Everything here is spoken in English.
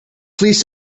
please